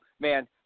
man